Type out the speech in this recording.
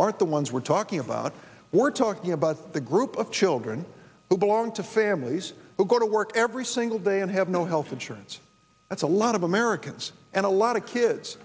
aren't the ones we're talking about we're talking about the group of children who belong to families who go to work every single day and have no health insurance that's a lot of americans and a lot of kids